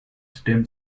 stem